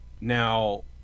Now